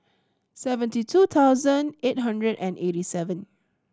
seventy two thousand eight hundred and eighty seven